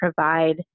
provide